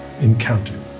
encountered